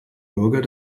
bürger